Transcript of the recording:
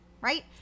Right